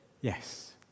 Yes